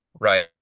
right